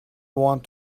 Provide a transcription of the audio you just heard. want